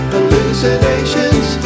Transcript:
Hallucinations